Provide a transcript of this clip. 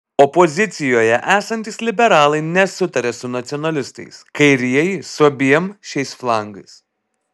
opozicijoje esantys liberalai nesutaria su nacionalistais kairieji su abiem šiais flangais